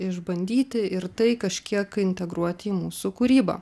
išbandyti ir tai kažkiek integruot į mūsų kūrybą